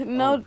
no